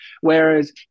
Whereas